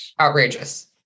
outrageous